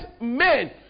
men